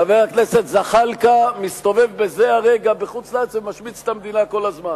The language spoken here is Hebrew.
חבר הכנסת זחאלקה מסתובב בזה הרגע בחוץ-לארץ ומשמיץ את המדינה כל הזמן.